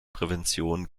prävention